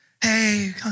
Hey